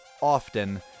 often